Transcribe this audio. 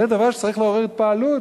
זה דבר שצריך לעורר התפעלות.